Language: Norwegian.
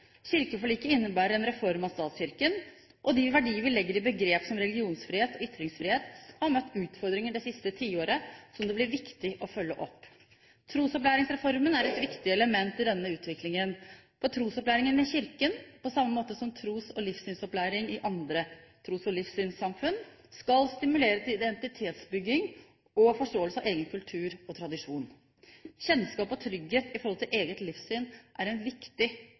Kirkeforliket innebærer en reform av statskirken. De verdier vi legger i begrep som religionsfrihet og ytringsfrihet, har møtt utfordringer det siste tiåret som det blir viktig å følge opp. Trosopplæringsreformen er et viktig element i denne utviklingen. Trosopplæringen i kirken, på samme måte som tros- og livssynsopplæring i andre tros- og livssynssamfunn, skal stimulere til identitetsbygging og forståelse av egen kultur og tradisjon. Kjennskap og trygghet med hensyn til eget livssyn er en viktig